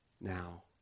now